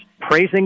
praising